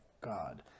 God